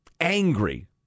angry